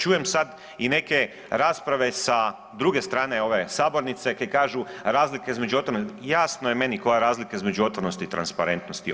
Čujem sad i neke rasprave sa druge strane ove sabornice kaj kažu razlika između, jasno je meni koja je razlika između otvorenosti i transparentnosti.